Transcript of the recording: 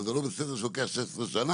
אבל זה לא בסדר שזה לוקח 16 שנה.